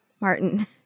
martin